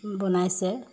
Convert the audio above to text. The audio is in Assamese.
বনাইছে